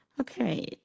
Okay